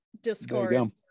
Discord